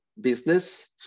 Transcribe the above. business